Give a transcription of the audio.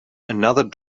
another